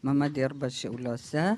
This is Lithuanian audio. mama dirba šiauliuose